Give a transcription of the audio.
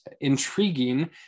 intriguing